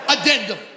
addendum